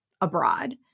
abroad